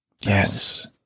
yes